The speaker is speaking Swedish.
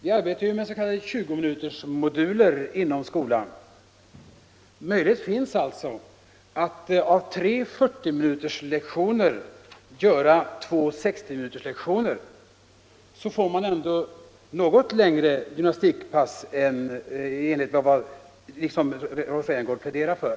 Vi arbetar ju med s.k. 20-minutersmoduler inom skolan och 84 har alltså möjligheter att av tre 40-minuterslektioner göra två 60-mi nuterslektioner. Då får man ändå något längre gymnastikpass, så som «Nr 29 Rolf Rämgård pläderar för.